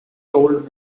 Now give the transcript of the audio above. told